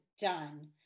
done